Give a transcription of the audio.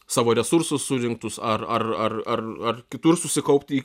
savo resursų surinktus ar ar ar ar ar kitur susikaupti